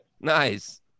Nice